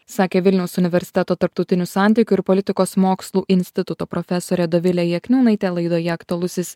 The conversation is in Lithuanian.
sakė vilniaus universiteto tarptautinių santykių ir politikos mokslų instituto profesorė dovilė jakniūnaitė laidoje aktualusis